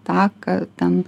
taką ten